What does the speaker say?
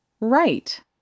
right